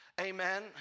Amen